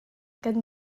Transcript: kan